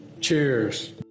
Cheers